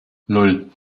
nan